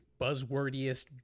buzzwordiest